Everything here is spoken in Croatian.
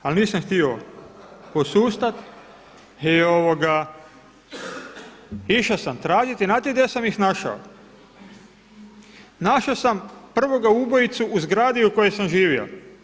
Ali nisam htio posustat i išao sam tražiti i znate gdje sam ih našao, našao sam prvoga ubojici u zgradi u kojoj sam živio.